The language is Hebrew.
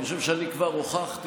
אני חושב שאני כבר הוכחתי,